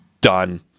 done